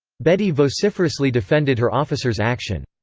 bedi vociferously defended her officer's action.